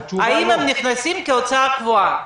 האם זה נכנס כהוצאה קבועה?